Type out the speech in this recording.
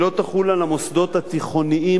היא לא תחול על המוסדות התיכוניים,